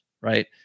right